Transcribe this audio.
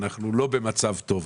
אנחנו לא במצב טוב.